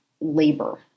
labor